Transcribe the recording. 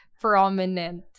prominent